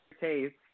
taste